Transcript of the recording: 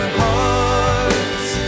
hearts